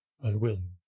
Unwilling